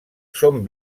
són